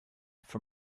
for